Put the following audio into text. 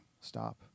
stop